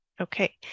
Okay